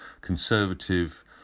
conservative